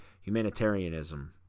humanitarianism